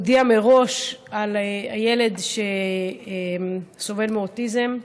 הודיעה מראש על הילד, שסובל מאוטיזם,